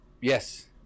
Yes